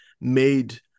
made